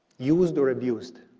used or abused,